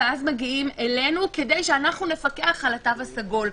ואז מגיעים אלינו כדי שאנחנו נפקח על התו הסגול.